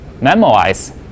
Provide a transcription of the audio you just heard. memorize